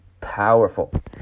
powerful